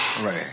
Right